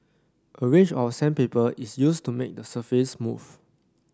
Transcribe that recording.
a range of sandpaper is used to make the surface smooth